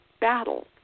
battle